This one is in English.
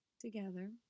together